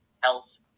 health